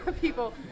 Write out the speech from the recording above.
people